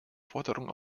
forderung